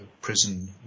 prison